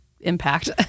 impact